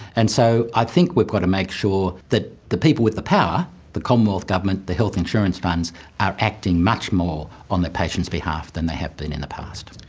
and so i think we've got to make sure that the people with the power the commonwealth government, the health insurance funds are acting much more on their patients' behalf than they have been in the past.